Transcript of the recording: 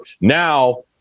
now